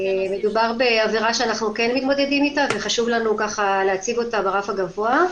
מדובר בעבירה שאנחנו מתמודדים איתה וחשוב לנו להציב אותה ברף הגבוה.